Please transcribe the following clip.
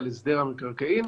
על הסדר המקרקעין,